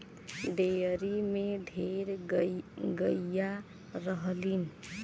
dairy में ढेर गइया रहलीन